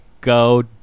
go